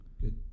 good